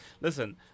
listen